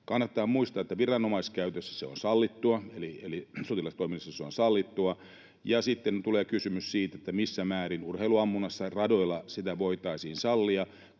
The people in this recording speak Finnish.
Kannattaa muistaa, että viranomaiskäytössä se on sallittua, eli sotilastoiminnassa se on sallittua, ja sitten tulee kysymys siitä, missä määrin urheiluammunnassa radoilla sitä voitaisiin sallia